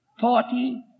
Forty